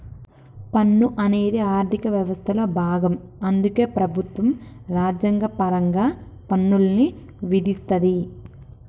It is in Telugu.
పన్ను అనేది ఆర్థిక వ్యవస్థలో భాగం అందుకే ప్రభుత్వం రాజ్యాంగపరంగా పన్నుల్ని విధిస్తది